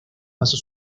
pasó